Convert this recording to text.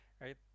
right